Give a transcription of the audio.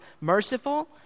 merciful